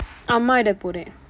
அம்மா இடம் போறேன்:ammaa idam pooreen